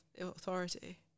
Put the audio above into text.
authority